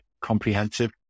comprehensive